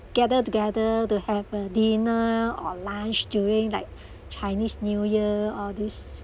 gather together to have a dinner or lunch during like chinese new year all this